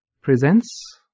presents